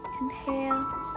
Inhale